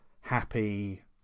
happy